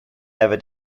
never